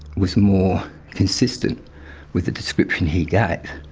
was more consistent with the description he gave